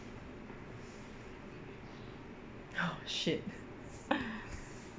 oh shit